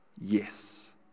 Yes